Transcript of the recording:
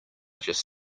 just